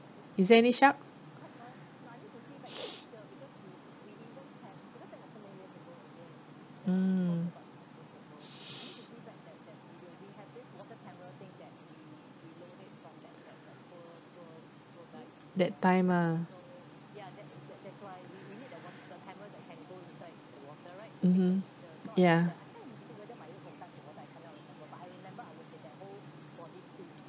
is there any shark mm that time ah mmhmm ya